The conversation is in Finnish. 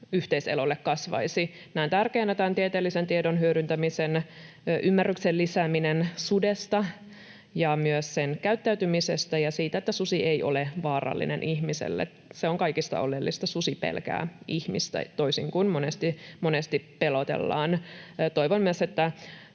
yhteiselolle kasvaisi. Näen tärkeänä tämän tieteellisen tiedon hyödyntämisen. Ymmärryksen lisääminen sudesta ja myös sen käyttäytymisestä ja siitä, että susi ei ole vaarallinen ihmiselle, on kaikista oleellisinta. Susi pelkää ihmistä, toisin kuin monesti pelotellaan. Toivon myös, että